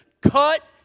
cut